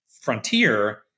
frontier